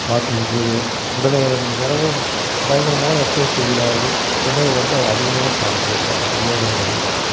walking போய் உடனே தினமும் பயங்கரமான எக்ஸர்சைஸ் செய்கிறார்கள் உடனே வந்து அது அதிகமாகச் சாப்பிடுகிறார்கள் அது பிரியோஜனம் இல்லை